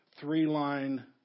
three-line